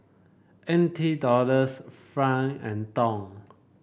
N T Dollars franc and Dong